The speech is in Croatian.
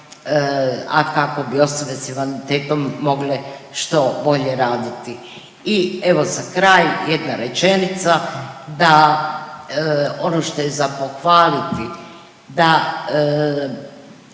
a kako bi osobe s invaliditetom mogle što bolje raditi. I evo za kraj jedna rečenica da ono što je za pohvaliti da